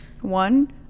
One